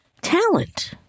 talent